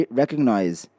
recognize